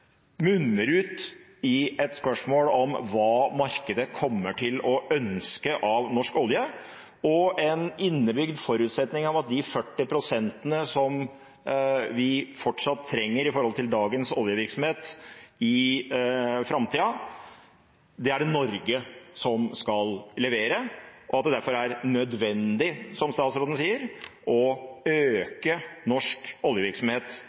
munner ut i et spørsmål om hva markedet kommer til å ønske av norsk olje, og en innebygd forutsetning om at de 40 pst. som vi fortsatt trenger i forhold til dagens oljevirksomhet i framtida, er det Norge som skal levere, og at det derfor er nødvendig, som statsråden sier, å øke norsk oljevirksomhet